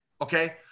Okay